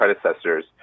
predecessors